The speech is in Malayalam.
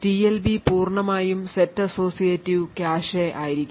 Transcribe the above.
ടിഎൽബി പൂർണ്ണമായും set associative cache ആയിരിക്കും